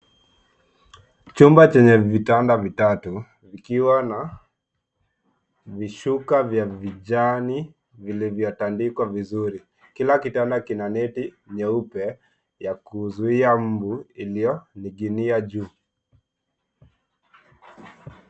Chumba chenye vitanda vitatu vikiwa na vishuka vya vijani vilivyotandikwa vizuri. Kila kitanda kina neti nyeupe ya kuzuia mbu iliyoning'inia juu.